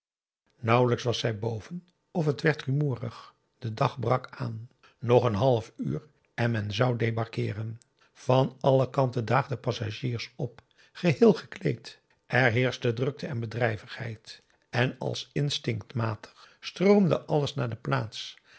nauwelijks was zij boven of het werd rumoerig de dag brak aan nog een half uur en men zou debarkeeren van alle kanten daagden passagiers op geheel gekleed er heerschte drukte en bedrijvigheid en als instinctmatig stroomde alles naar de plaats